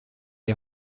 est